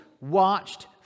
watched